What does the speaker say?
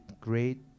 great